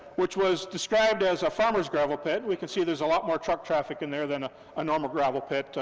which was described as a farmer's gravel pit, we can see, there's a lot more truck traffic in there than ah a normal gravel pit,